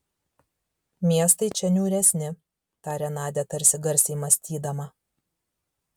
miestai čia niūresni tarė nadia tarsi garsiai mąstydama